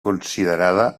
considerada